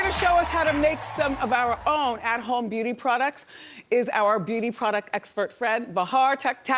show us how to make some of our own at-home beauty products is our beauty product expert friend, bahar takhtehchian.